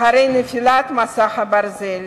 אחרי נפילת מסך הברזל: